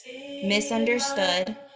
misunderstood